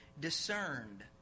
Discerned